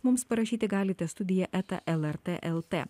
mums parašyti galite studija eta lrt el t